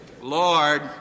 Lord